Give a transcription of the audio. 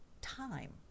time